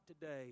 today